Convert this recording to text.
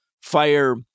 fire